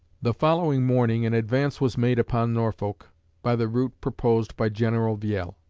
the following morning an advance was made upon norfolk by the route proposed by general viele.